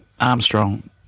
Armstrong